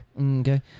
Okay